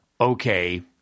okay